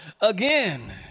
again